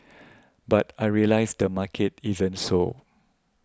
but I realised the market isn't so